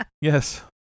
Yes